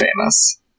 famous